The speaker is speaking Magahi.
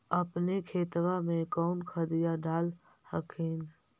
अपने खेतबा मे कौन खदिया डाल हखिन?